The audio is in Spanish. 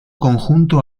conjunto